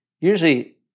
usually